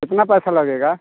कितना पैसा लगेगा